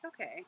okay